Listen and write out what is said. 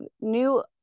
new